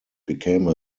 became